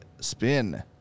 spin